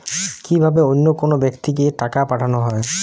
কি ভাবে অন্য কোনো ব্যাক্তিকে টাকা পাঠানো হয়?